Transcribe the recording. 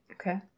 Okay